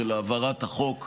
של העברת החוק הזה,